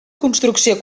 construcció